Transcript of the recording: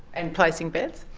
and placing bets?